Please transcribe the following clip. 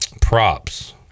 props